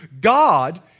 God